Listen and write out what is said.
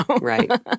Right